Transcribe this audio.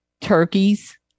turkeys